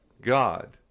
god